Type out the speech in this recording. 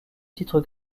titre